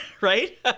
right